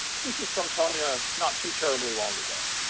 this is from tonya, not too terribly long ago.